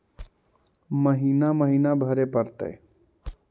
महिना महिना भरे परतैय?